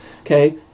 okay